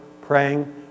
praying